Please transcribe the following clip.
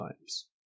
times